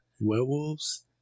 werewolves